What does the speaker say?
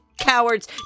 cowards